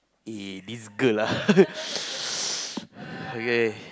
eh this girl ah okay